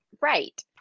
right